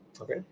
Okay